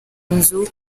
nzu